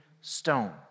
stone